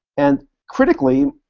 and critically,